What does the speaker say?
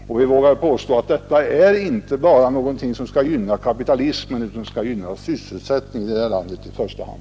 Utskottet vågar påstå att det här inte är fråga om något som bara skall gynna kapitalägarna utan om något som i första hand skall gynna sysselsättningen i detta land.